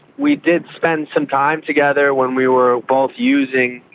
we did spend some time together when we were both using.